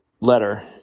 letter